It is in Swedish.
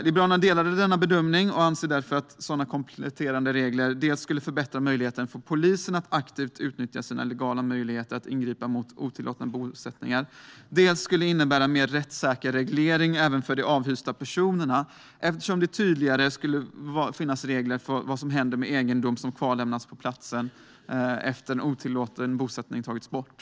Liberalerna delar denna bedömning och anser att kompletterande regler dels skulle förbättra möjligheten för polisen att aktivt utnyttja sina legala möjligheter att ingripa mot otillåtna bosättningar, dels skulle innebära en mer rättssäker reglering även för de avhysta personerna eftersom det skulle finnas tydligare regler för vad som händer med egendom som kvarlämnats på platsen efter att en otillåten bosättning har tagits bort.